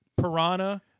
piranha